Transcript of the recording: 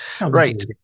right